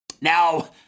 Now